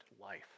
life